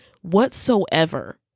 whatsoever